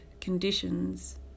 conditions